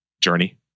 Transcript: journey